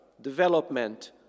development